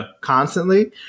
constantly